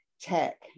Tech